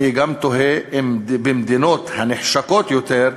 אני תוהה אם במדינות הנחשקות יותר,